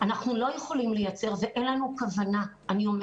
עשינו שביתת אזהרה ואנחנו נמשיך להשבית